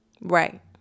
Right